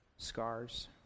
scars